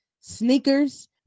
sneakers